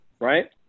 right